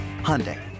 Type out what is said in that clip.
Hyundai